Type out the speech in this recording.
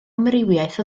amrywiaeth